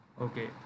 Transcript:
Okay